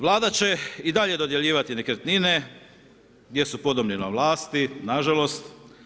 Vlada će i dalje dodjeljivati nekretnine gdje su podobni na vlasti nažalost.